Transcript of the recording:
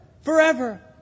Forever